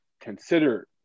consider